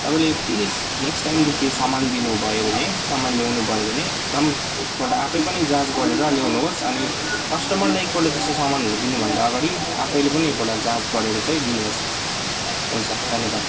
तपाईँले please next टाइमदेखि सामान दिनुभयो भने सामान ल्याउनुभयो भने एकदम एकपल्ट आफै पनि जाँच गरेर ल्याउनुहोस् अनि कस्टमरलाई एकपल्ट त्यस्तो सामानहरू दिनुभन्दा अगाडि आफैले पनि एकपल्ट जाँच गरेर चाहिँ दिनुहोस्